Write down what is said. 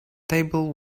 table